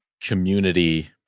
community